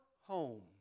home